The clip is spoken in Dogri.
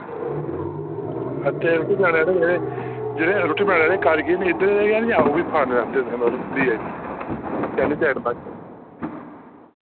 हां ते रुट्टी खलाने आह्ले जेह्ड़े जेह्ड़े रुट्टी बनाने आह्ले कारीगर नी इद्धर दे न जां ओह् बी फारन दा आह्नदे तुसें बाह्रों बीआईपी